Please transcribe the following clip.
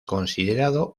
considerado